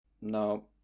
No